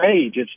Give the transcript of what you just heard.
age